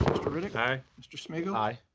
mr. riddick. aye. mr. smigiel. aye.